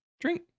drink